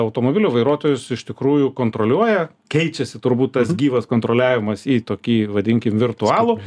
automobilių vairuotojus iš tikrųjų kontroliuoja keičiasi turbūt tas gyvas kontroliavimas į tokį vadinkim virtualų